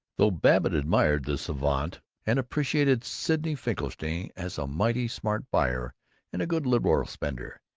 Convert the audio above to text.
though babbitt admired this savant, and appreciated sidney finkelstein as a mighty smart buyer and a good liberal spender,